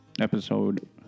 episode